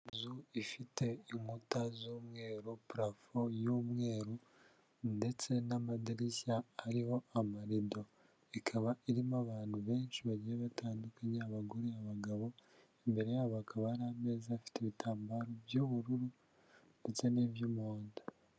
Inzu ifite inkuta z'umweru parafo y'umweru ndetse n'amadirishya ariho amarido ikaba irimo abantu benshi bagiye batandukanya abagore abagabo imbere yabo akaba ari ameza afite ibitambaro by'ubururu ndetse n'iby'umuhondo.